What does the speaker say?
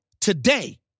today